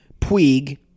Puig